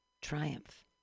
triumph